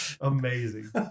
Amazing